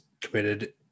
committed